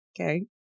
Okay